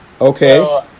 okay